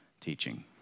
teaching